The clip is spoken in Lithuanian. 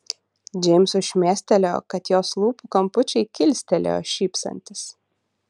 džeimsui šmėstelėjo kad jos lūpų kampučiai kilstelėjo šypsantis